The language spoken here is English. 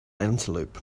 antelope